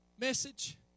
message